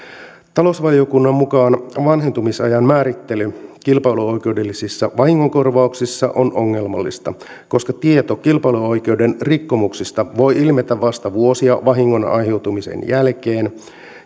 talousvaliokunnan mukaan vanhentumisajan määrittely kilpailuoikeudellisissa vahingonkorvauksissa on ongelmallista koska tieto kilpailuoikeuden rikkomuksista voi ilmetä vasta vuosia vahingon aiheutumisen jälkeen